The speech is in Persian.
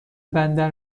بندر